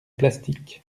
plastique